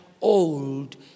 old